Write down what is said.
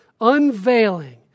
unveiling